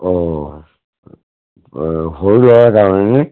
অঁ সৰু ল'ৰাৰ কাৰণেনে